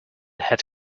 had